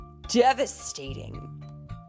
devastating